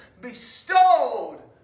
bestowed